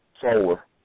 solar